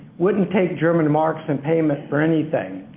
wouldn't take german marks in payment for anything.